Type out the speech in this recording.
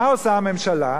מה עושה הממשלה?